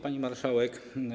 Pani Marszałek!